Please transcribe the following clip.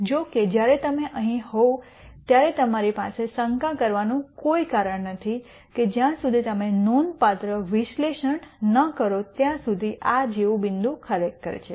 જો કે જ્યારે તમે અહીં હોવ ત્યારે તમારી પાસે શંકા કરવાનું કોઈ કારણ નથી કે જ્યાં સુધી તમે નોંધપાત્ર વિશ્લેષણ ન કરો ત્યાં સુધી આ જેવું બિંદુ ખરેખર છે